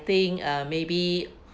think err maybe